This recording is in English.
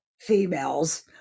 females